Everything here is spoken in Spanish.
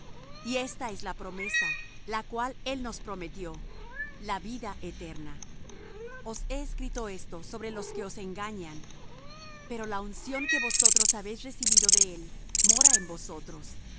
y esta es la promesa la cual él nos prometió la vida eterna os he escrito esto sobre los que os engañan pero la unción que vosotros habéis recibido de él mora en vosotros